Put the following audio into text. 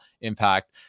impact